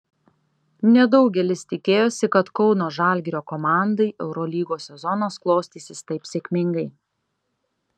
nedaugelis tikėjosi kad kauno žalgirio komandai eurolygos sezonas klostysis taip sėkmingai